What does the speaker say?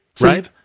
Right